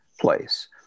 place